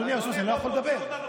מה הוא מדבר איתו בכלל?